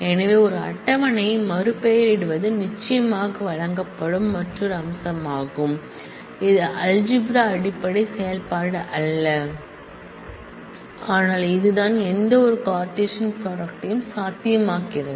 எனவே ஒரு டேபிள் யை மறுபெயரிடுவது நிச்சயமாக வழங்கப்படும் மற்றொரு அம்சமாகும் இது அல்ஜிப்ரான் அடிப்படை செயல்பாடு அல்ல ஆனால் இதுதான் எந்தவொரு கார்ட்டீசியன் ப்ராடக்ட்யும் சாத்தியமாக்குகிறது